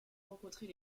rencontrer